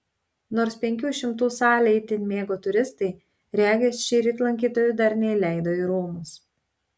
nors penkių šimtų salę itin mėgo turistai regis šįryt lankytojų dar neįleido į rūmus